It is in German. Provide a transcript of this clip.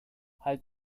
halt